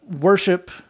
worship